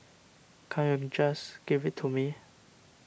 can't you just give it to me